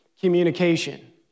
communication